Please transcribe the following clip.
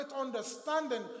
understanding